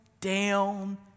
down